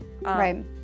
Right